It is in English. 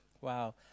wow